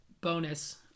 bonus